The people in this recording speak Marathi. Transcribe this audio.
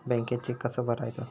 बँकेत चेक कसो भरायचो?